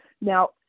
Now